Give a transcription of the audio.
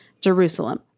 Jerusalem